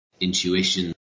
intuition